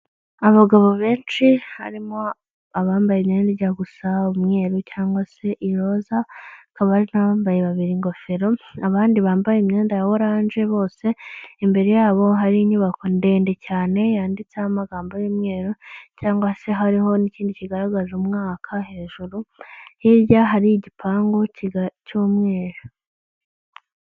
Abagabo benshi harimo abambaye imyenda ijya gusa umweru cyangwa se iroza, hakaba hari n'abambaye babiri ingofero, abandi bambaye imyenda ya oranje bose, imbere yabo hari inyubako ndende cyane yanditseho amagambo y'umweru, cyangwa se hariho n'ikindi kigaragaza umwaka hejuru, hirya hari igipangu cy'umweru.